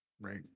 right